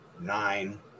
nine